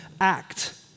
act